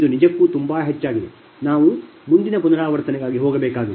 ಇದು ನಿಜಕ್ಕೂ ತುಂಬಾ ಹೆಚ್ಚಾಗಿದೆ ನಾವು ಮುಂದಿನ ಪುನರಾವರ್ತನೆಗಾಗಿ ಹೋಗಬೇಕಾಗಿದೆ